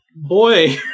boy